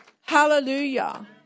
Hallelujah